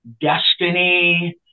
destiny